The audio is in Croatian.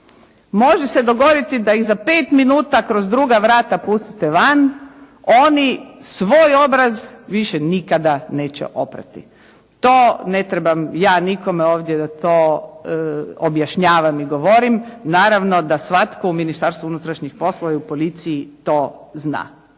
Može se dogoditi da ih za pet minuta kroz druga vrata pustite van, oni svoj obraz više nikada neće oprati. To ne trebam ja nikome ovdje da to objašnjavam i govorim, naravno da svatko u Ministarstvu unutrašnjih poslova i u policiji to zna.